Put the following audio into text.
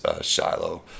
Shiloh